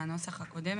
מהנוסח הקודם,